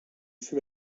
fut